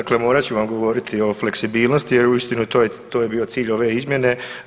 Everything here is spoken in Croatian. Dakle, morat ću vam govoriti o fleksibilnosti jer uistinu to je bio cilj ove izmjene.